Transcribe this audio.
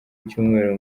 icyumweru